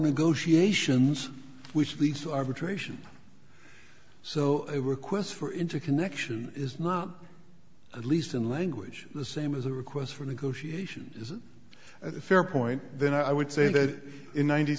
negotiations which leads to arbitration so a request for interconnection is not at least in language the same as a request for negotiation is it at a fair point then i would say that in ninety